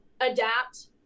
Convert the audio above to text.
adapt